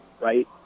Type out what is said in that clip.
right